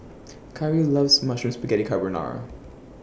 Khari loves Mushroom Spaghetti Carbonara